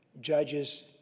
Judges